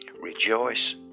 Rejoice